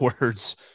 words